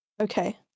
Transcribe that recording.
Okay